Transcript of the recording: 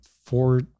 four